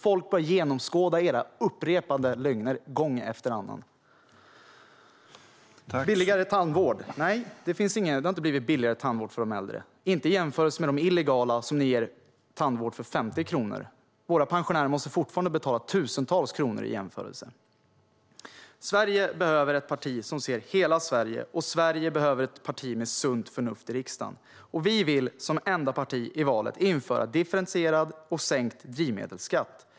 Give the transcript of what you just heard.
Folk börjar genomskåda era upprepade lögner. Billigare tandvård, sa finansministern. Nej, det har inte blivit billigare tandvård för de äldre, inte om man jämför med de illegala som ni ger tandvård för 50 kronor. Pensionärerna måste jämförelsevis fortfarande betala tusentals kronor. Sverige behöver ett parti som ser hela Sverige, och Sverige behöver ett parti med sunt förnuft i riksdagen. Vi vill som enda parti i valet införa differentierad och sänkt drivmedelsskatt.